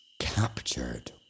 captured